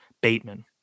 Bateman